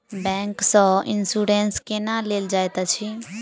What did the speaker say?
bank सँ insurance केना लेल जाइत अछि